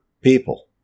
people